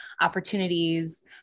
opportunities